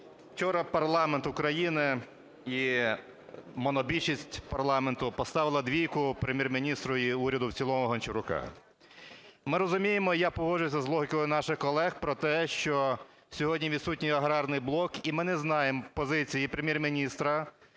Вчора парламент України і монобільшість парламенту поставили двійку Прем'єр-міністру і уряду в цілому Гончарука. Ми розуміємо, і я погоджуюся з логікою наших колег про те, що сьогодні відсутній аграрний блок. І ми не знаємо позиції і Прем'єр-міністра,